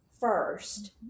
first